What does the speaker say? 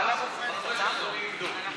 שאדוני יבדוק?